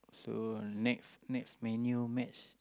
so next next Man-U match